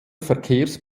verkehrs